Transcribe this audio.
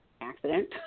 accident